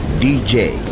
DJ